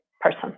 person